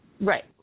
Right